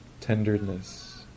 tenderness